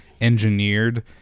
engineered